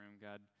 God